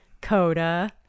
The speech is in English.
Coda